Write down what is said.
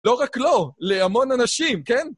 לא רק לו, להמון אנשים, כן?